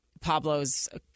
Pablo's